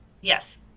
Yes